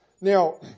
Now